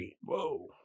Whoa